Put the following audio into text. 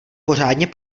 pořádně